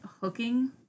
hooking